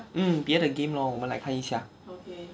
mm 别的 game lor 我们来看一下